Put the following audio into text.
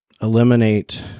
eliminate